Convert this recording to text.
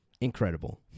Incredible